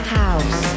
house